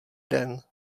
den